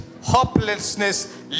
hopelessness